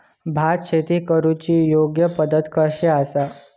भात शेती करुची योग्य पद्धत कशी आसा?